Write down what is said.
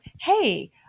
hey